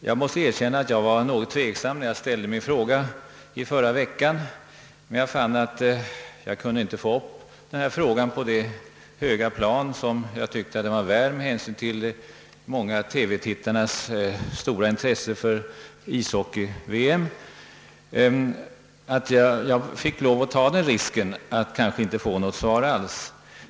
Jag måste erkänna att jag var något tveksam när jag ställde min fråga i förra veckan, men jag fann, att jag kunde föra upp den på det höga plan som jag tyckte att den var värd med hänsyn till de många TV tittarnas stora intresse för ishockey-VM och att jag fick lov att ta risken att kanske inte få något svar alls.